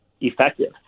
effective